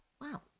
Wow